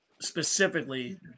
specifically